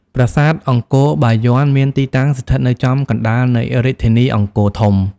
ប្រាសាទអង្គរបាយ័នមានទីតាំងស្ថិតនៅចំកណ្តាលនៃរាជធានីអង្គរធំ។